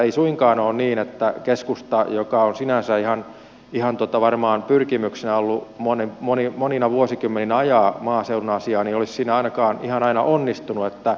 ei suinkaan ole niin että keskusta jonka pyrkimyksenä on sinänsä ihan varmaan ollut monina vuosikymmeninä ajaa maaseudun asiaa olisi siinä ainakaan ihan aina onnistunut